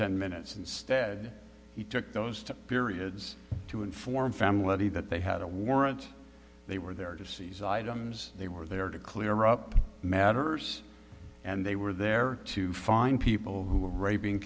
ten minutes instead he took those to periods to inform family that they had a warrant they were there to seize items they were there to clear up matters and they were there to find people